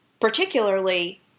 particularly